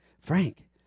Frank